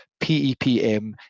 PEPM